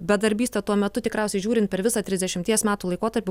bedarbystė tuo metu tikriausiai žiūrint per visą trisdešimties metų laikotarpį